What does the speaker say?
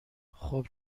خوب